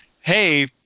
hey